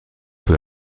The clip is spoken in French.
peu